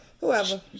whoever